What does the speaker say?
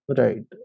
right